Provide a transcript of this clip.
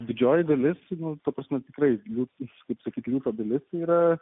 didžioji dalis gal ta prasme tikrai visiškai sakykime ta dalis yra